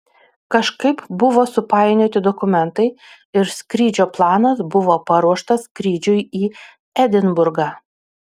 kažkaip buvo supainioti dokumentai ir skrydžio planas buvo paruoštas skrydžiui į edinburgą